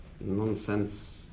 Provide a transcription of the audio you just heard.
nonsense